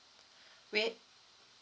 wait